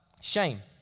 shame